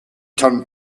turned